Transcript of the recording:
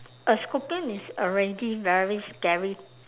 a scorpion is already very scary